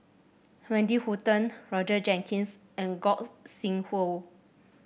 Wendy Hutton Roger Jenkins and Gog Sing Hooi